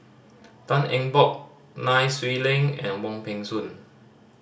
Tan Eng Bock Nai Swee Leng and Wong Peng Soon